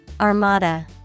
Armada